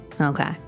Okay